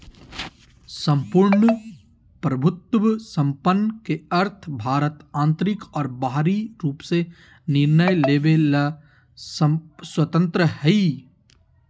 सम्पूर्ण प्रभुत्वसम्पन् के अर्थ भारत आन्तरिक और बाहरी रूप से निर्णय लेवे ले स्वतन्त्रत हइ